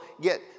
get